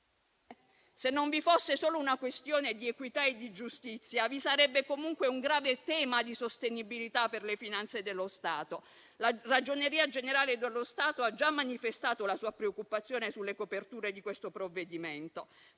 Se non vi fosse solo una questione di equità e di giustizia, vi sarebbe comunque un grave tema di sostenibilità per le finanze dello Stato. La Ragioneria generale dello Stato ha già manifestato la sua preoccupazione sulle coperture di questo provvedimento.